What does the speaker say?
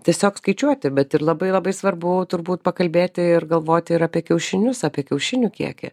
tiesiog skaičiuoti bet ir labai labai svarbu turbūt pakalbėti ir galvoti ir apie kiaušinius apie kiaušinių kiekį